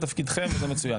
זאת לא הצעת החוק שהבאת.